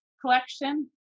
collection